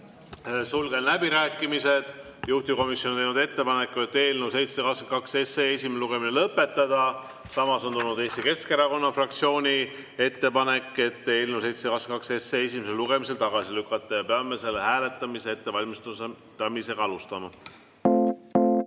Sulgen läbirääkimised. Juhtivkomisjon on teinud ettepaneku eelnõu 722 esimene lugemine lõpetada. Samas on tulnud Eesti Keskerakonna fraktsiooni ettepanek eelnõu 722 esimesel lugemisel tagasi lükata. Peame selle hääletamise ettevalmistust alustama. Head